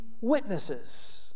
witnesses